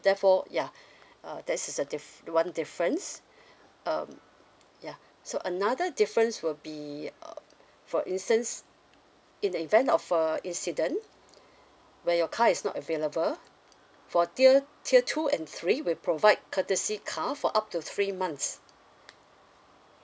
therefore yeah uh that is a diff~ one difference um yeah so another difference will be uh for instance in the event of a incident where your car is not available for tier tier two and three will provide courtesy car for up to three months